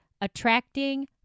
attracting